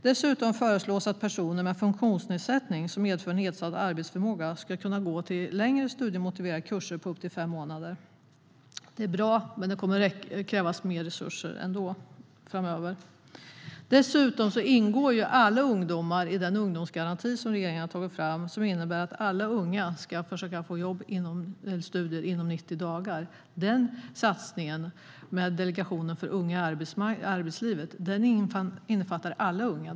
Dessutom föreslås att personer med funktionsnedsättning som medför nedsatt arbetsförmåga ska kunna gå längre studiemotiverande kurser på upp till fem månader. Det är bra, men det kommer att krävas ännu mer resurser framöver. Dessutom ingår alla ungdomar i den ungdomsgaranti som regeringen har tagit fram och som innebär att alla unga ska försöka få jobb eller studieplats inom 90 dagar. Den satsningen med Delegationen för unga till arbete innefattar alla unga.